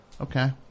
Okay